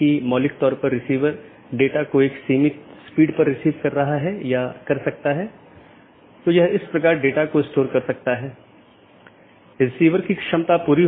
यह मूल रूप से ऑटॉनमस सिस्टमों के बीच सूचनाओं के आदान प्रदान की लूप मुक्त पद्धति प्रदान करने के लिए विकसित किया गया है इसलिए इसमें कोई भी लूप नहीं होना चाहिए